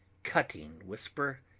cutting whisper,